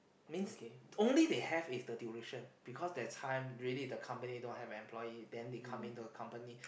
means only they have is the duration because that time really the company don't have employee then they come into a company